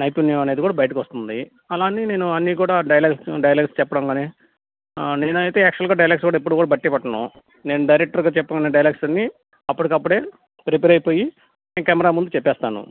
నైపుణ్యం అనేది కూడా బయటికొస్తుంది అలానే నేను అన్నీ కూడా డైలాగ్సు డైలాగ్స్ చెప్పడం కానీ నేనైతే యాక్చువల్గా డైలాగ్స్ కూడా ఎప్పుడూ కూడా బట్టీపట్టను నేను డైరెక్టర్గారు చెప్పమన్న డైలాగ్స్ అన్నీ అప్పటికప్పుడే ప్రిపేర్ అయిపోయి నేను కెమేరా ముందు చెప్పేస్తాను